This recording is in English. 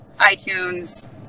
iTunes